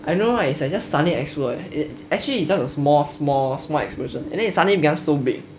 I know right is just suddenly explode eh actually it's just a small small small explosion and then it suddenly become so big